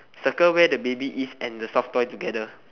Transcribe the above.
circle where the baby is and the soft toy together